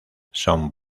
son